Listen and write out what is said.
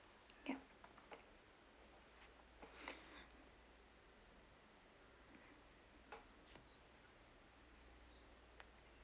ya